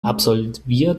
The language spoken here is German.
absolviert